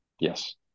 Yes